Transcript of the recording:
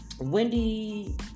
Wendy